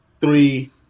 three